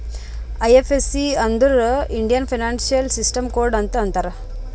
IFSC ಅಂದುರ್ Indian financial system code ಅಂತ್ ಅಂತಾರ್